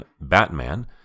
Batman